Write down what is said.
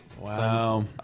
Wow